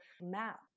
map